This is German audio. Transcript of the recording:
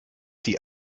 die